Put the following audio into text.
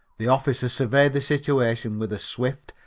the officer surveyed the situation with a swift,